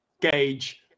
gauge